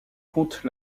comptent